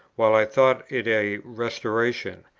while i thought it a restoration.